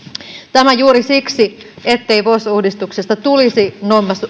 tämä juuri siksi ettei vos uudistuksesta tulisi